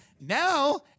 Now